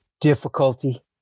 difficulty